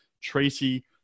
Tracy